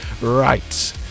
right